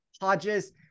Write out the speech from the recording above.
Hodges